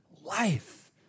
life